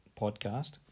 podcast